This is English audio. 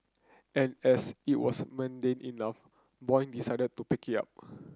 and as it was mundane enough Boyd decided to pick it up